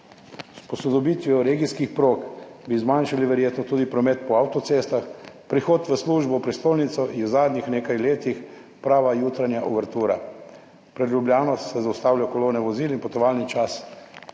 S posodobitvijo regijskih prog bi verjetno zmanjšali tudi promet po avtocestah. Prihod v službo v prestolnico je v zadnjih nekaj letih prava jutranja uvertura. Pred Ljubljano se zaustavljajo kolone vozil in potovalni čas